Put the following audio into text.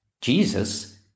Jesus